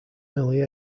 early